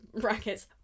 brackets